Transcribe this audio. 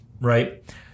Right